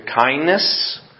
kindness